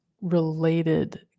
related